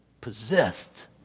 possessed